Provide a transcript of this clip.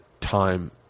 time